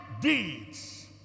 deeds